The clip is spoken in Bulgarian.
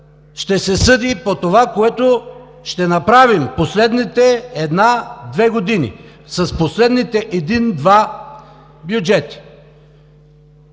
ще се съди по това, което ще направим последните една-две години, с последните един-два бюджета.